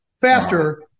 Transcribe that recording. faster